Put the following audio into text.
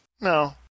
No